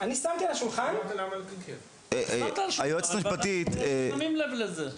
אני שמתי על השולחן --- שמת על השולחן ואנחנו שמים לב לזה.